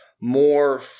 more